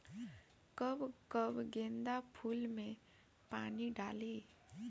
कब कब गेंदा फुल में पानी डाली?